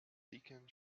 dicken